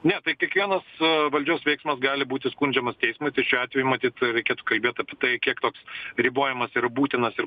ne tai kiekvienas valdžios veiksmas gali būti skundžiamas teismui tai šiuo atveju matyt reikėtų kalbėt apie tai kiek toks ribojimas yra būtinas ir